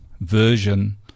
version